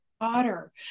daughter